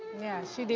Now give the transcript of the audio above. yeah, she did.